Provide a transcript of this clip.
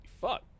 fuck